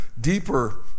deeper